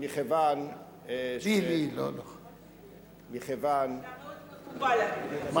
אתה מאוד מקובל, אדוני.